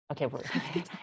okay